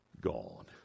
gone